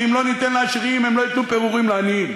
כי אם לא ניתן לעשירים הם לא ייתנו פירורים לעניים.